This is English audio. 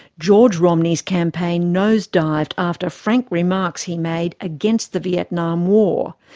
george romney's campaign nose-dived after frank remarks he made against the vietnam war.